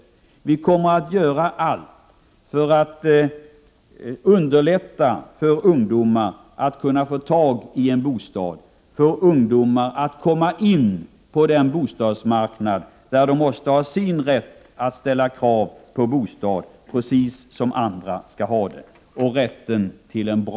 Regeringen kommer att göra allt för att underlätta för ungdomar att få tag i en bostad, för att se till att de kommer in på den bostadsmarknad där de måste ha samma rätt att ställa krav på en bostad som andra har.